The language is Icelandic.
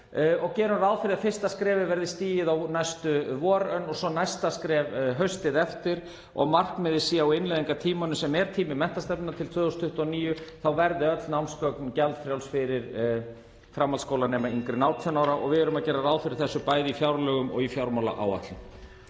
Við gerum ráð fyrir að fyrsta skrefið verði stigið á næstu vorönn og svo næsta skref haustið eftir. Markmiðið sé að á innleiðingartímanum, sem er tími menntastefnu til 2029, verði öll námsgögn gjaldfrjáls fyrir framhaldsskólanema yngri en 18 ára. Og við erum að gera ráð fyrir þessu, bæði í fjárlögum og í fjármálaáætlun.